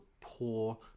poor